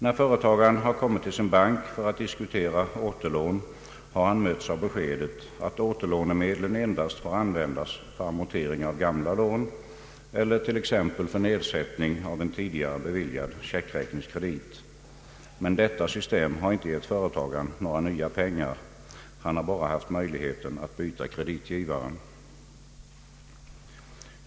När företagaren har kommit till sin bank för att diskutera återlån har han mötts av beskedet att återlånemedlen endast får användas för amortering av gamla lån eller t.ex. för nedsättning av en tidigare beviljad checkräkningskredit. Men detta system har inte gett företagaren några nya pengar, han har bara haft möjligheten att byta kreditgivare.